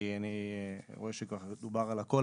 כי אני רואה שכבר דובר על הכול,